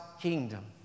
kingdom